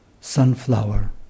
Sunflower